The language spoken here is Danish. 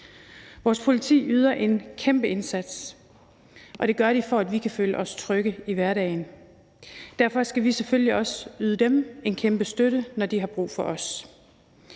Vores politi yder en kæmpe indsats, og det gør de, for at vi kan føle os trygge i hverdagen. Derfor skal vi selvfølgelig også yde dem en kæmpe støtte, når de har brug for os.